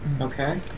Okay